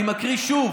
אני מקריא שוב,